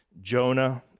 Jonah